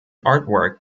artwork